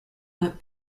went